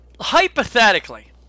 Hypothetically